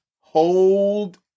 Hold